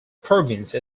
province